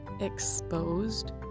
exposed